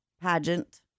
pageant